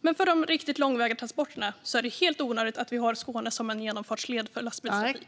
Men för de riktigt långväga transporterna är det helt onödigt att Skåne ska vara en genomfartsled för lastbilstrafik.